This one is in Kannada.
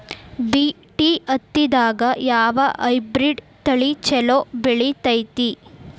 ಬಿ.ಟಿ ಹತ್ತಿದಾಗ ಯಾವ ಹೈಬ್ರಿಡ್ ತಳಿ ಛಲೋ ಬೆಳಿತೈತಿ?